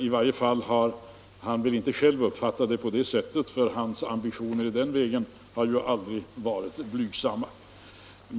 I varje fall har väl herr Bohman inte själv uppfattat saken på det sättet, för hans ambitioner i den vägen har ju aldrig varit blygsamma.